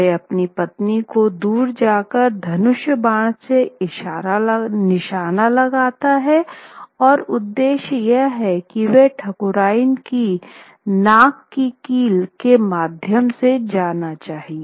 वह अपनी पत्नी को दूर जाकर धनुष बाड़ से निशाना लगाता है और उद्देश्य यह है की वह ठाकुरायन की नाक की कील के माध्यम से जाना चाहिए